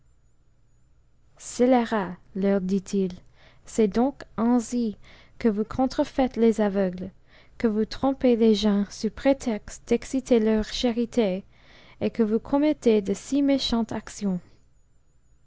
scélérats leur dit if c'est donc ainsi que vous contrefaites les aveugles que vous trompez tes gens sous prétexte d'exciter leur charité et que vous commettez de si méchantes actions